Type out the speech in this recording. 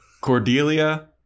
Cordelia